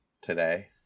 today